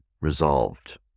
resolved